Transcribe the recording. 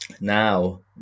now